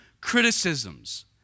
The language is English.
criticisms